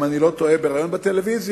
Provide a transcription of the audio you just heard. אם אני לא טועה בריאיון בטלוויזיה,